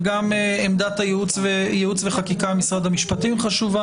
וגם עמדת ייעוץ וחקיקה משרד המשפטים חשובה.